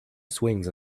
swings